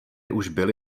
byly